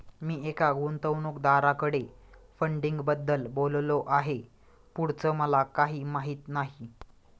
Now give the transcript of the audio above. मी एका गुंतवणूकदाराकडे फंडिंगबद्दल बोललो आहे, पुढचं मला काही माहित नाही